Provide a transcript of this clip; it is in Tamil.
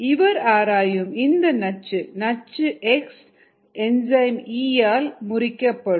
இவர் ஆராயும் இந்த நச்சு நச்சு X என்சைம் E ஆல் முறிக்கப்படும்